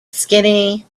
skinny